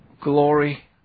glory